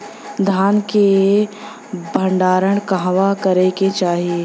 धान के भण्डारण कहवा करे के चाही?